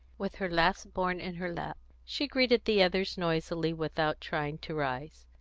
with her last-born in her lap she greeted the others noisily, without trying to rise.